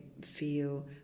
feel